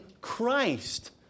Christ